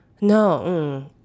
No